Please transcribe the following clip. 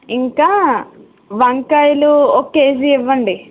ఇంకా వంకాయలు ఒక కేజీ ఇవ్వండి